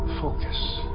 Focus